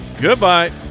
goodbye